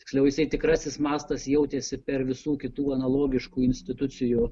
tiksliau jisai tikrasis mastas jautėsi per visų kitų analogiškų institucijų